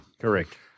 Correct